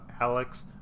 Alex